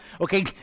okay